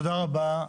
תודה רבה,